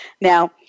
Now